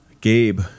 Gabe